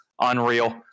Unreal